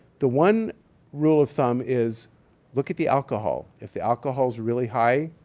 the one rule of thumb is look at the alcohol. if the alcohol is really high,